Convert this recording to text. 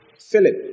Philip